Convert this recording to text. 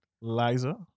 Liza